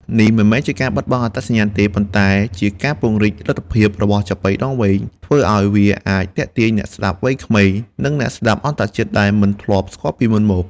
នេះមិនមែនជាការបាត់បង់អត្តសញ្ញាណទេ ប៉ុន្តែជា ការពង្រីកលទ្ធភាព របស់ចាប៉ីដងវែង ធ្វើឱ្យវាអាចទាក់ទាញអ្នកស្តាប់វ័យក្មេង និងអ្នកស្តាប់អន្តរជាតិដែលមិនធ្លាប់ស្គាល់ពីមុនមក។